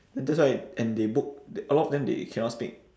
that's why and they book th~ a lot of them they cannot speak